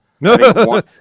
No